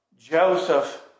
Joseph